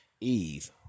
Eve